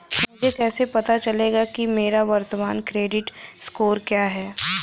मुझे कैसे पता चलेगा कि मेरा वर्तमान क्रेडिट स्कोर क्या है?